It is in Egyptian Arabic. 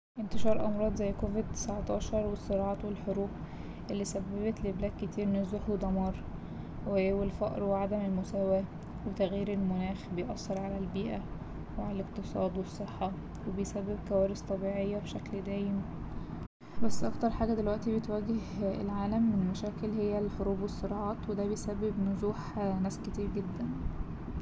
إنتشار أمراض زي كوفيد تسعتاشر والصراعات والحروب اللي سببت لبلاد كتير نزوح ودمار والفقر وعدم المساواة وتغييرالمناخ بيأثر على البيئة وعلى الإقتصاد والصحة وبيسبب كوارث طبيعية بشكل دايم، بس أكتر حاجة دلوقتي بتواجه العالم من مشاكل هي الحروب والصراعات وده بيسبب نزوح ناس كتير جدا.